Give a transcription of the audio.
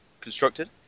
constructed